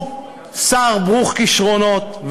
הוא שר ברוך כישרונות,